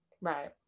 Right